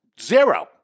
zero